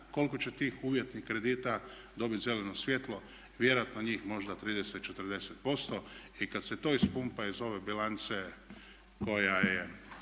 koliki će tih uvjetnih kredita dobit zeleno svjetlo? Vjerojatno njih možda 30, 40% i kad se to ispumpa iz ove bilance koja je